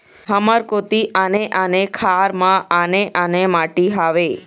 हमर कोती आने आने खार म आने आने माटी हावे?